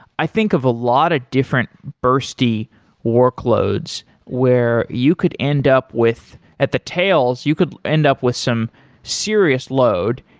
i think of a lot of different bursty workloads where you could end up with at the tales, you could end up with some serious load,